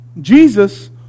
Jesus